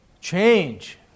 Change